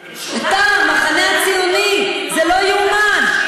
אתה, המחנה הציוני, זה לא יאומן.